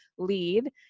lead